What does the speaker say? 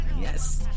Yes